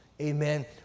amen